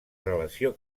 relació